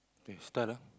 eh start ah